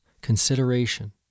consideration